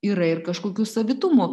yra ir kažkokių savitumų